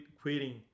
quitting